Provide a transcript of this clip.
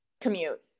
commute